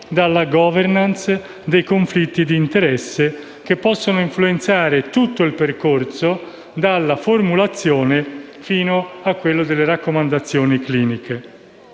alla *governance* dei conflitti d'interesse che possono influenzare tutto il percorso, dalla formulazione fino alle raccomandazioni cliniche.